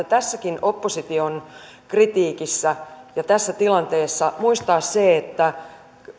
tässäkin opposition kritiikissä ja tässä tilanteessa muistaa se että